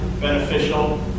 beneficial